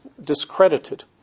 discredited